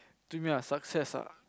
to me ah success ah